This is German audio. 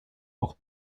auch